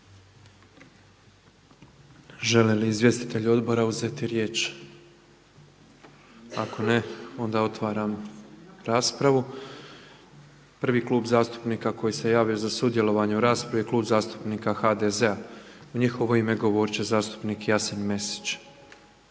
Žele li izvjestitelji odbora uzeti riječ? Ako ne, onda otvaram raspravu. Prvi klub zastupnika koji se javio za sudjelovanje u raspravi je klub zastupnika HDZ-a. U njihovo ime govoriti će zastupnik Jasen Mesić.